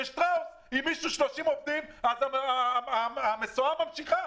בשטראוס אם נכנסים לבידוד 30 עובדים אז המסוע ממשיך,